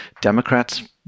Democrats